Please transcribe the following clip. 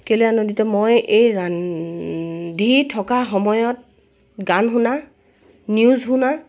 কেলৈ আনন্দিত মই এই ৰান্ধি থকা সময়ত গান শুনা নিউজ শুনা